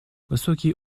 высокий